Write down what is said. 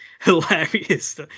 hilarious